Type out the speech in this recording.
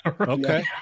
Okay